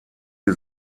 sie